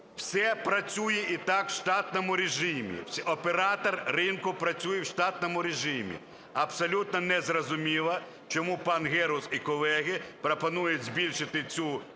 Все працює і так в штатному режимі, оператор ринку працює в штатному режимі. Абсолютно не зрозуміло, чому пан Герус і колеги пропонують збільшити цю квоту